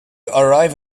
arrive